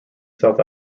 south